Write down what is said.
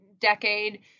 decade